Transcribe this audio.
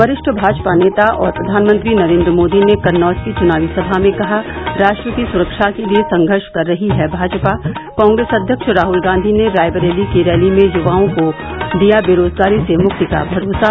वरिष्ठ भाजपा नेता और प्रधानमंत्री नरेन्द्र मोदी ने कन्नौज की चुनावी सभा में कहा राष्ट्र की सुरक्षा के लिये संघर्ष कर रही है भाजपा कांग्रेस अध्यक्ष राहुल गांधी ने रायबरेली की रैली में युवाओं को दिया बेरोजगारी से मुक्ति का भरोसा